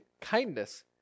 kindness